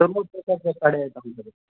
भरपूर प्रकारच्या साड्या आहेत आमच्याकडं